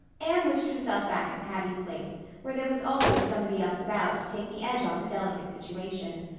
anne wished herself back at patty's place, where there was always somebody else about to take the edge off a delicate situation.